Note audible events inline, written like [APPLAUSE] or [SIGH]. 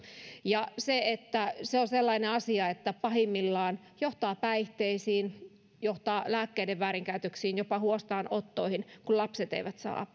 ja se on sellainen asia joka pahimmillaan johtaa päihteisiin johtaa lääkkeiden väärinkäytöksiin jopa huostaanottoihin kun lapset eivät saa [UNINTELLIGIBLE]